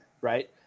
right